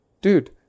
dude